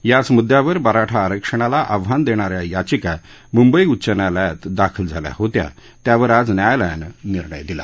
याच मुददयावर मराठा आरक्षणाला आव्हान देणा या याचिका मुंबई उच्च न्यायालयात दाखल झाल्या होत्या त्यावर आज न्यायालयानं निर्णय दिला